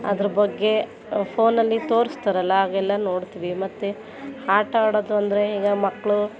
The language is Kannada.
ಅದ್ರ ಬಗ್ಗೆ ಫೋನಲ್ಲಿ ತೋರಿಸ್ತಾರಲ್ಲ ಅವೆಲ್ಲ ನೋಡ್ತೀವಿ ಮತ್ತು ಆಟಾಡೋದು ಅಂದರೆ ಈಗ ಮಕ್ಕಳು